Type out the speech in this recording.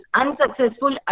unsuccessful